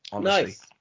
Nice